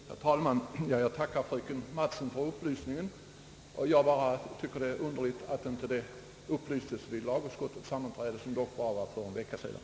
Herr talman! Jag tackar fröken Mattson för upplysningen. Jag tycker bara det är underligt att detta inte upplystes vid lagutskottets sammanträde, som ägde rum för endast en vecka sedan.